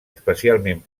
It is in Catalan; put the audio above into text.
especialment